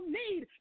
need